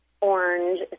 orange